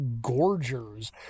gorgers